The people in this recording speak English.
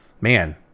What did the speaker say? man